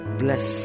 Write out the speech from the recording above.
bless